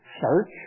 search